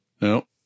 No